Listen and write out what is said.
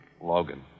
Logan